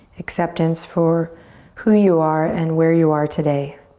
acceptance for who you are, and where you are today.